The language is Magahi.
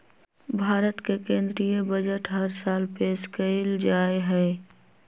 भारत के केन्द्रीय बजट हर साल पेश कइल जाहई